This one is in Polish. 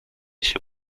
się